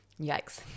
Yikes